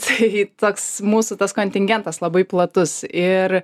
tai toks mūsų tas kontingentas labai platus ir